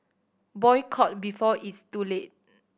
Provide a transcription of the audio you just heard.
boycott before it's too late